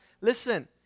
Listen